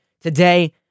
today